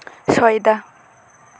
ᱥᱚᱭᱫᱟ